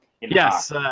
Yes